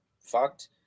fucked